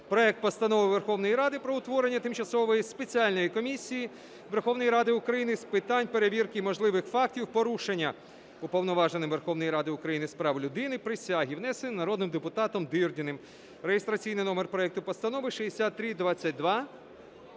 проект Постанови Верховної Ради про утворення Тимчасової спеціальної комісії Верховної Ради України з питань перевірки можливих фактів порушення Уповноваженим Верховної Ради України з прав людини присяги, внесений народним депутатом Дирдіним (реєстраційний номер проекту Постанови 6322).